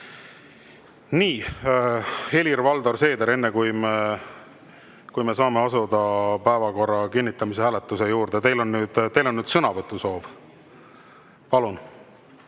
käib. Helir-Valdor Seeder, enne kui me saame asuda päevakorra kinnitamise hääletuse juurde, on teil sõnavõtusoov. Palun!